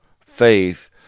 faith